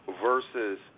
versus